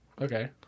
Okay